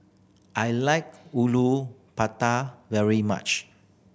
I like Matar very much